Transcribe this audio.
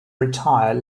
retire